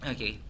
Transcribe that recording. Okay